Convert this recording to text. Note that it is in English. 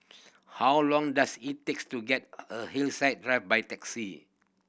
how long does it take to get a Hillside Drive by taxi